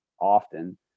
often